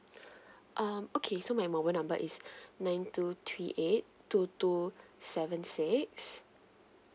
um okay so my mobile number is nine two three eight two two seven six